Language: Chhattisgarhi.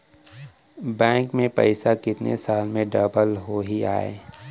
बैंक में पइसा कितने साल में डबल होही आय?